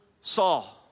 Saul